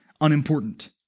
unimportant